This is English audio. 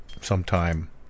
sometime